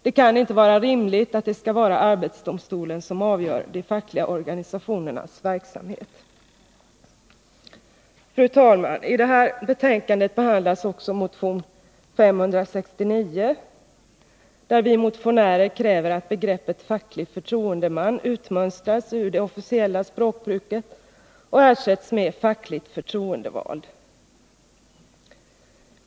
Det kan inte vara rimligt att det skall vara arbetsdomstolen som avgör de fackliga organisationernas verksamhet. Fru talman! I det här betänkandet behandlas också motion 569, där vi motionärer kräver att begreppet facklig förtroendeman utmönstrats ur det officiella språkbruket och ersätts med begreppet fackligt förtroendevald.